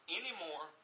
anymore